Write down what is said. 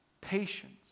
patience